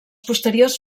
posteriors